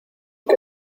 que